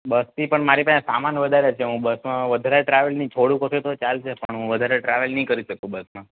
બસથી પણ મારી પાસે સામાન વધારે છે હું બસમાં વધારે ટ્રાવેલ નહીં થોડુંક હશે તો ચાલશે પણ હું વધારે ટ્રાવેલ નહીં કરી શકું બસમાં